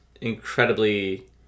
incredibly